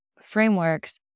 frameworks